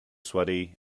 sweaty